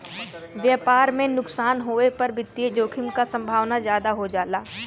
व्यापार में नुकसान होये पर वित्तीय जोखिम क संभावना जादा हो जाला